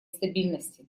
стабильности